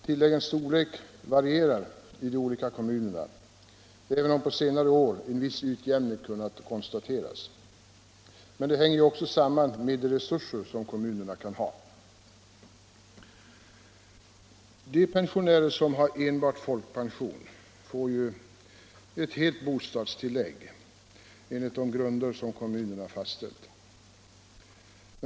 Tilläggens storlek varierar i de olika kommunerna även om en viss utjämning på senare år kunnat konstateras. Men detta hänger även samman med de resurser kommunen kan ha. De pensionärer som har enbart folkpension får helt bostadstillägg enligt de grunder kommunen har fastställt.